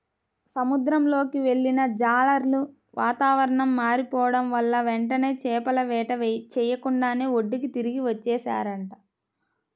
సముద్రంలోకి వెళ్ళిన జాలర్లు వాతావరణం మారిపోడం వల్ల వెంటనే చేపల వేట చెయ్యకుండానే ఒడ్డుకి తిరిగి వచ్చేశారంట